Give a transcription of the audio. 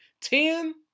Ten